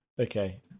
Okay